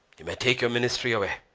imitator ministry way